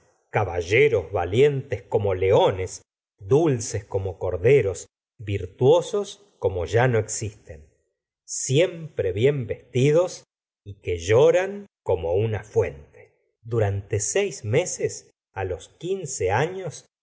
caballeros valientes como leones dulces como corderos virtuosos como ya no existen siempre bien vestidos y que lloran como una fuente durante seis meses á los quince años